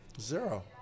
Zero